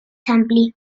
ampli